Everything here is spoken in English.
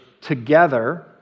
together